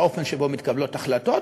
לאופן שבו מתקבלות ההחלטות,